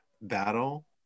battle